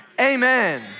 Amen